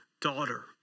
daughter